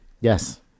Yes